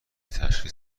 تشخیص